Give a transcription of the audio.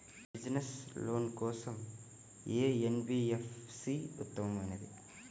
Business loan కోసం ఏ NBFC ఉత్తమమైనది?